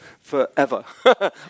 forever